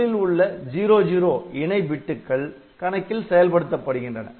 முதலில் உள்ள "00" இணை பிட்டுகள் கணக்கில் செயல்படுத்தப்படுகின்றன